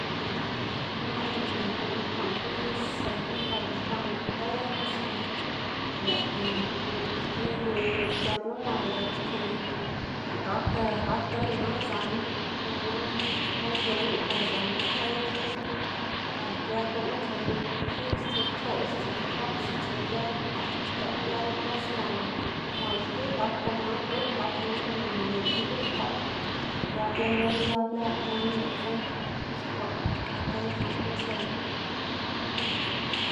na lëꞌná yu xlaꞌndná isedná par guxkwaꞌná koktel kaske lëꞌná xki yu diꞌltsa c̲h̲apná mal c̲h̲apná sinda gakda gakdo lo na izanu, minn guꞌnnkluwná par izaná koktel xki par ic̲h̲ë guꞌn tsu x̱ich tsu pchoꞌx tsu katsu, tsu ic̲h̲ë ix̱ixkwaꞌ ic̲h̲ë lo klas mal mal xki gakda man frit gakda man sinda malyen xki guxkwaꞌ, giab limun giab lëd man diꞌltsa guxkwaꞌ koktel xlaꞌndná isedná.